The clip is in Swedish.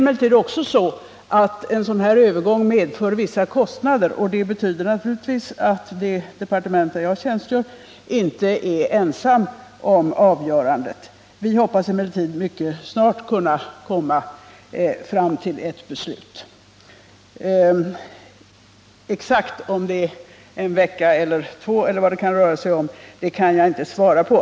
Därtill kommer att en sådan övergång medför vissa kostnader, och det betyder naturligtvis att det departement där jag tjänstgör inte är ensamt om avgörandet. Vi hoppas emellertid mycket snart kunna komma fram till ett beslut. Om det blir om en vecka eller två eller vad det kan röra sig om kan jag inte svara på.